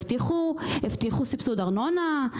הבטיחו סבסוד ארנונה,